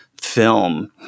film